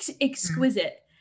exquisite